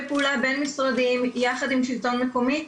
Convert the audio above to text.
פעולה בין משרדיים יחד עם שלטון מקומי,